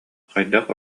хайдах